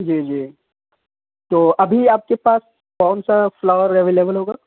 جی جی تو ابھی آپ کے پاس کون سا فلاور اویلیول ہوگا